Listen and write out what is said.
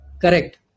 Correct